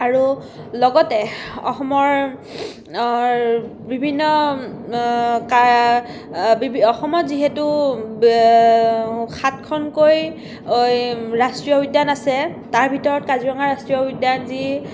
আৰু লগতে অসমৰ বিভিন্ন অসমত যিহেতু সাতখনকৈ ৰাষ্ট্ৰীয় উদ্যান আছে তাৰ ভিতৰত কাজিৰঙা ৰাষ্ট্ৰীয় উদ্যান যি